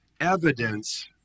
evidence